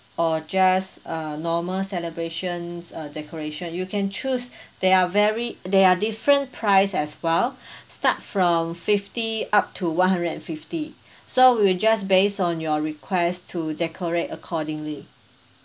or just a normal celebration uh decoration you can choose there are very there are different price as well start from fifty up to one hundred and fifty so we will just base on your request to decorate accordingly